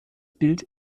bild